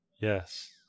Yes